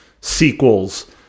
sequels